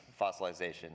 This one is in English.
fossilization